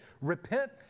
repent